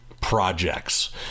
projects